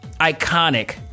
iconic